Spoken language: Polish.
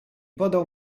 podał